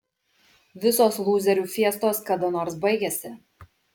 visos lūzerių fiestos kada nors baigiasi